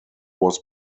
was